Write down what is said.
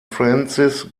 francis